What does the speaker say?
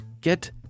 Get